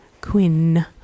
Quinn